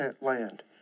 land